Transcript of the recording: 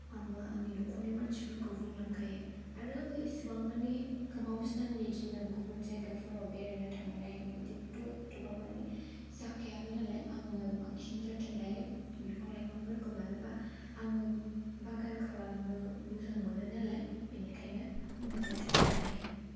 आङो आंनि न'खरनि मानसिफोरखौ बुंलांखायो आरो आङो इसेबां माने गोबाव सान बिदिनो गुबुन जायगाफोराव बेरायनो थांनाय बिदिखौथ' एथ'बां माने जाखायाबो नालाय आंनो बांसिन जोथोन लायो बिफां लाइफांफोरखौ मानोबा आङो बागान खालामनो मोजां मोनो नालाय बिनिखायनो आंनो जोथोन लाखायो